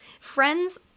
Friends